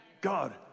God